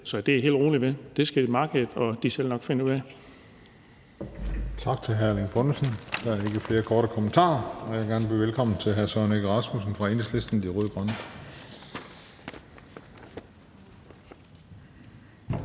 Så det er jeg helt rolig ved. Det skal markedet og de selv nok finde ud af.